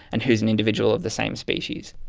and who is an individual of the same species.